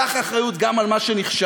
קח אחריות גם על מה שנכשל,